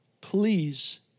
please